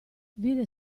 vide